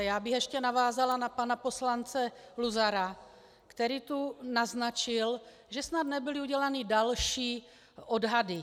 Já bych ještě navázala na pana poslance Luzara, který tu naznačil, že snad nebyly udělány další odhady.